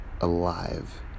alive